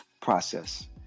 process